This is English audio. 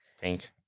Pink